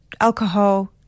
alcohol